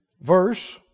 Verse